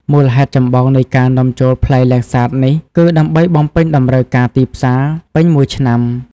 មូលហេតុចម្បងនៃការនាំចូលផ្លែលាំងសាតនេះគឺ ដើម្បីបំពេញតម្រូវការទីផ្សារពេញមួយឆ្នាំ។